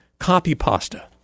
copypasta